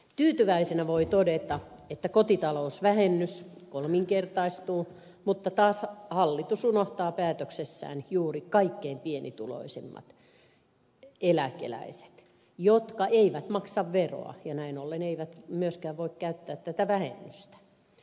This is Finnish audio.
tyytyväisenä voi todeta että kotitalousvähennys kolminkertaistuu mutta taas hallitus unohtaa päätöksessään juuri kaikkein pienituloisimmat eläkeläiset jotka eivät maksa veroa ja näin ollen eivät myöskään voi käyttää tätä vähennystä